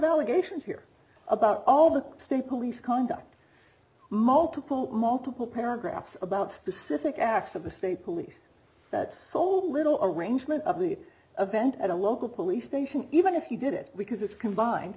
allegations here about all the state police conduct multiple multiple paragraphs about specific acts of a state police that told little arrangement of the event at a local police station even if you did it because it's combined